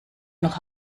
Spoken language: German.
noch